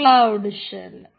cloud shell